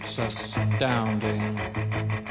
astounding